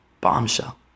Bombshell